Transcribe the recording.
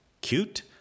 cute